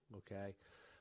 okay